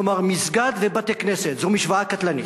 כלומר, מסגד ובתי-כנסת זו משוואה קטלנית.